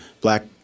black